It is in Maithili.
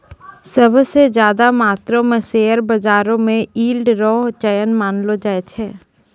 सब स ज्यादा मात्रो म शेयर बाजारो म यील्ड रो चलन मानलो जाय छै